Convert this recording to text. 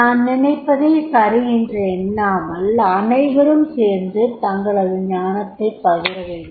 நான் நினைப்பதே சரி என்று எண்ணாமல் அனைவரும் சேர்ந்து தங்களது ஞானத்தைப் பகிரவேண்டும்